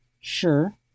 sure